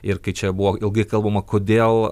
ir kai čia buvo ilgai kalbama kodėl